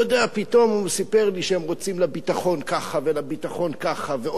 הוא סיפר לי שהם רוצים לביטחון ככה ולביטחון ככה ועוד לביטחון,